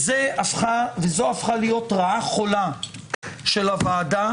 וזו הפכה להיות רעה חולה של הוועדה